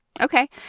Okay